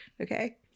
Okay